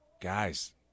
Guys